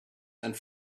and